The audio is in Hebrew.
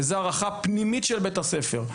וזו הערכה פנימית של בית הספר.